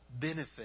benefit